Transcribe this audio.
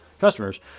customers